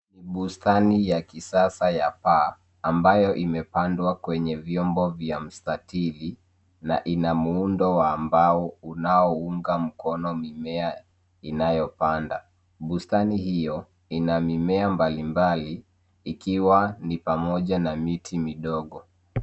Bustani ya kisasa ya paa ambayo imepandwa kwenye vyombo vya mstatili na ina muundo wa mbao unaounga mkono mimea inayopanda. Bustani hiyo ina mimea mbalimbali ikiwa ni pamoja na miti midogo.